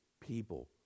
people